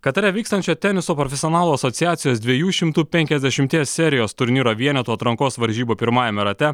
katare vykstančio teniso profesionalų asociacijos dviejų šimtų penkiasdešimties serijos turnyro vienetų atrankos varžybų pirmajame rate